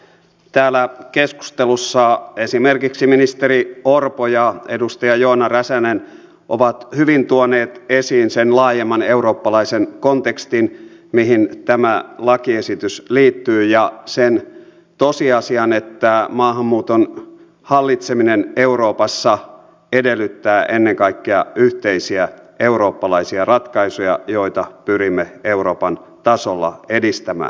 täällä keskustelussa esimerkiksi ministeri orpo ja edustaja joona räsänen ovat hyvin tuoneet esiin sen laajemman eurooppalaisen kontekstin mihin tämä lakiesitys liittyy ja sen tosiasian että maahanmuuton hallitseminen euroopassa edellyttää ennen kaikkea yhteisiä eurooppalaisia ratkaisuja joita pyrimme euroopan tasolla edistämään